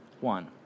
one